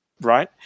right